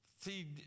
See